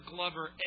Glover